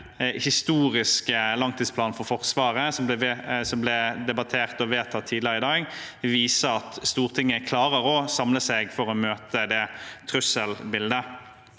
historiske langtidsplanen for Forsvaret, som ble debattert og vedtatt tidligere i dag, vise at Stortinget klarer å samle seg for å møte det trusselbildet.